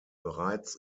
bereits